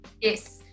Yes